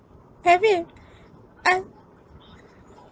I